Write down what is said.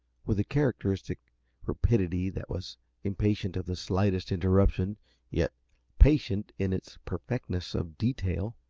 with a characteristic rapidity that was impatient of the slightest interruption yet patient in its perfectness of detail,